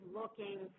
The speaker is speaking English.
looking